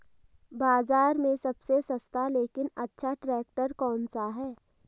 बाज़ार में सबसे सस्ता लेकिन अच्छा ट्रैक्टर कौनसा है?